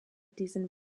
diesen